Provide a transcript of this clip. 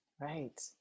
right